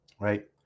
right